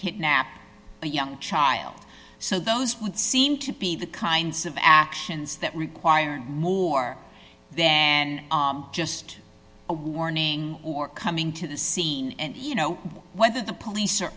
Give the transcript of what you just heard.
kidnap a young child so those would seem to be the kinds of actions that require more then just a warning or coming to the scene and you know whether the police